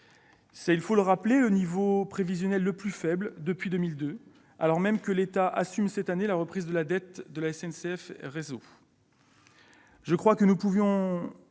d'euros. Rappelons que c'est le niveau prévisionnel le plus faible depuis 2002, alors même que l'État assume cette année la reprise de la dette de SNCF Réseau. Je crois que nous pouvons